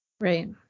Right